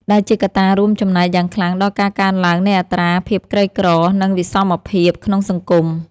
ដែលជាកត្តារួមចំណែកយ៉ាងខ្លាំងដល់ការកើនឡើងនៃអត្រាភាពក្រីក្រ និងវិសមភាពក្នុងសង្គម។